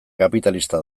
kapitalista